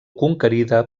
conquerida